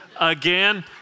again